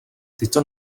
tyto